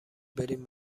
برین